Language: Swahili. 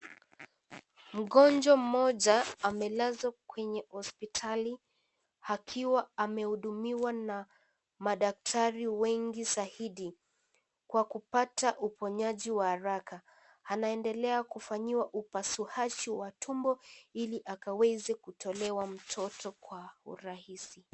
Mgonjwa mmoja amelazwa kwenye hospitali akiwa amehudumiwa na madaktari wengi zaidi kwa kupata uponyaji wa haraka , anaendelea kufanyiwa upasuaji wa tumbonili akaweze kutolewa mtoto kwa urahisi.